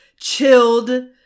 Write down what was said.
chilled